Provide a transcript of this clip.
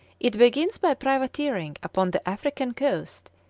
it begins by privateering upon the african coast,